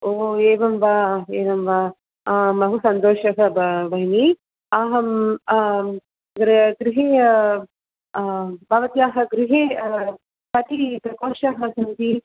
ओ एवं वा एवं वा आं बहु सन्तोषः ब् भगिनि अहं गृहे गृहे भवत्याः गृहे कति प्रकोष्ठाः सन्ति